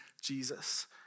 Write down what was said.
Jesus